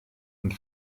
und